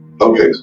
Okay